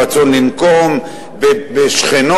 רצון לנקום בשכנו,